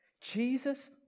Jesus